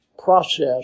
process